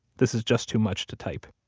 this is just too much to type.